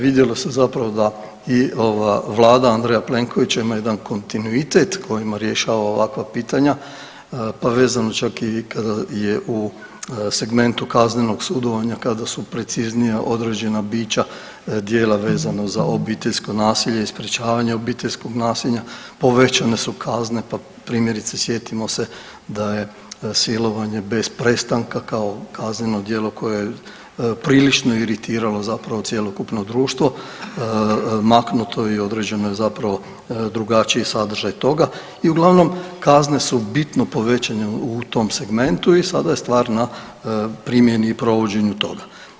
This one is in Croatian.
Vidjelo se zapravo da i ova vlada Andreja Plenkovića ima jedan kontinuitet kojima rješava ovakva pitanja, pa vezano čak i kada je u segmentu kaznenog sudovanja kada su preciznije određena bića, djela vezana za obiteljsko nasilje i sprječavanje obiteljskog nasilja povećane su kazne, pa primjerice sjetimo se da je silovanje bez prestanka kao kazneno djelo koje je prilično iritiralo zapravo cjelokupno društvo maknuto i određeno je zapravo drugačiji sadržaj toga i uglavnom kazne su bitno povećane u segmentu i sada je stvar na primjeni i provođenju toga.